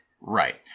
right